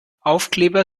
aufkleber